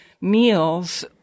meals